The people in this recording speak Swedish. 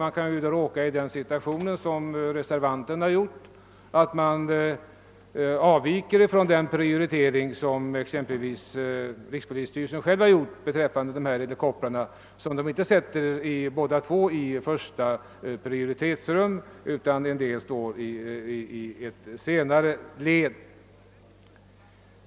Vi kan då råka i samma situation som reservanterna, nämligen den att vi avviker från den prioritering som rikspolisstyrelsen själv har gjort beträffande helikoptrarna. Den sätter inte båda två i första prioritetsrummet, utan en av dem står i ett senare led.